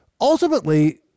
Ultimately